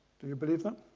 do you believe that?